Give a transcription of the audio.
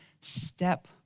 step